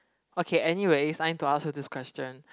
okay anyways it's time to ask you this question